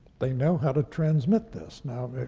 they know how to transmit this. now,